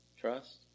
Trust